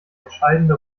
entscheidende